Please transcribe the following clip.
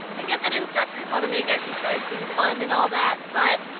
i get that instructors want to make exercise seem fun and all that, but.